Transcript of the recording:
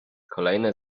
kolejne